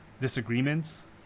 disagreements